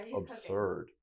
absurd